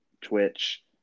Twitch